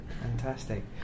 Fantastic